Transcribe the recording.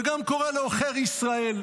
וגם קורא לו עוכר ישראל.